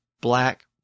black